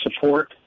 support